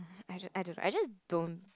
I don't~ I don't I just don't